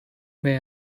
may